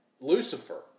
Lucifer